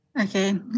Okay